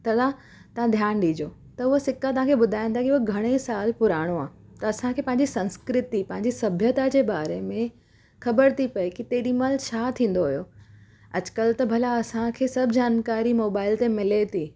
तला तव्हां ध्यानु ॾिजो त उहो सिक्का तव्हांखे ॿुधाईंदा की उहो घणे साल पुराणो आहे त असांखे पंहिंजी संस्कृति पंहिंजी सभ्यता जे बारे में ख़बर थी पए की तेॾीमहिल छा थींदो हुयो अॼुकल्ह त भला असांखे सभु जानक़ारी मोबाइल ते मिले थी